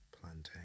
plantain